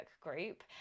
group